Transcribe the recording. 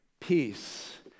peace